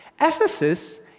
Ephesus